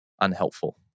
unhelpful